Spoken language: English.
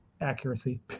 accuracy